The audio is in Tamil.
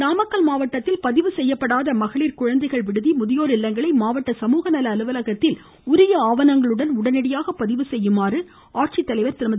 இருவரி நாமக்கல் மாவட்டத்தில் பதிவு செய்யப்படாத மகளிர் குழந்தைகள் விடுதி முதியோர் இல்லங்களை மாவட்ட சமூகநல அலுவலகத்தில் உரிய ஆவணங்களுடன் உடனடியாக பதிவு செய்யுமாறு மாவட்ட ஆட்சித்தலைவர் திருமதி